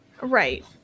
Right